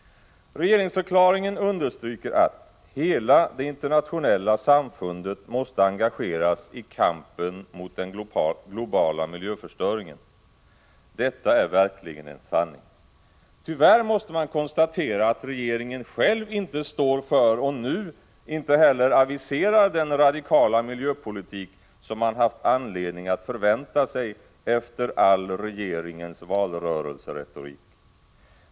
Regeringsförklaringen understryker: ”Hela det internationella samfundet måste engageras i kampen mot den globala miljöförstöringen -—--.” Detta är verkligen en sanning. Tyvärr måste man konstatera att regeringen själv inte står för och nu inte heller aviserar den radikala miljöpolitik som man haft anledning att förvänta sig efter all regeringens valrörelseretorik.